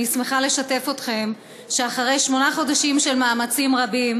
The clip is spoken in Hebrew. אני שמחה לשתף אתכם שאחרי שמונה חודשים של מאמצים רבים,